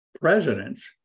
presidents